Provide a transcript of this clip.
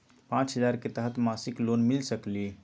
पाँच हजार के तहत मासिक लोन मिल सकील?